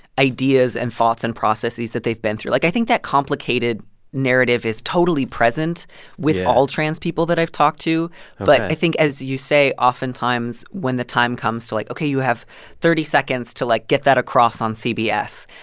ideas and thoughts and processes that they've been through. like, i think that complicated narrative is totally present with all trans people that i've talked to ok but i think, as you say, oftentimes when the time comes to like, ok, you have thirty seconds to, like, get that across on cbs,